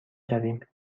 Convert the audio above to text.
شویم